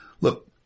look